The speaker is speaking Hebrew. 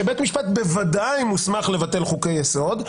הדעה שבית המשפט בוודאי מוסמך לבטל חוקי יסוד,